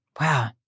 Wow